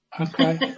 Okay